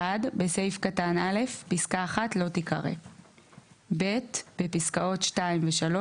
(1) בסעיף קטן (א) - (א) פסקה (1) - לא תיקרא; (ב) בפסקאות (2) ו-(3),